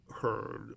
heard